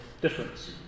difference